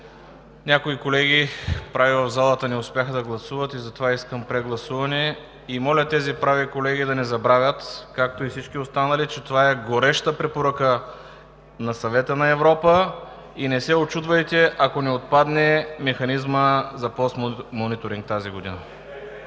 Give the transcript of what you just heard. някои колеги са прави в залата и не успяха да гласуват, затова искам прегласуване. Моля тези колеги да не забравят, както и всички останали, че това е гореща препоръка на Съвета на Европа и не се учудвайте, ако не отпадне Механизмът за постмониторинг тази година.